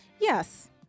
Yes